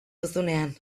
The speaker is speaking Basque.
duzunean